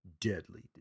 Deadly